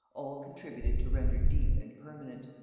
all contributed to render deep and permanent.